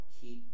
keep